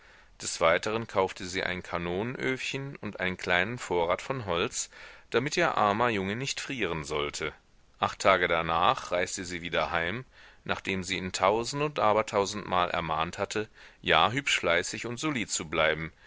des weiteren kaufte sie ein kanonenöfchen und einen kleinen vorrat von holz damit ihr armer junge nicht frieren sollte acht tage darnach reiste sie wieder heim nachdem sie ihn tausend und abertausendmal ermahnt hatte ja hübsch fleißig und solid zu bleiben